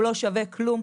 זה לא יהיה שווה כלום.